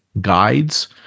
guides